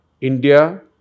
India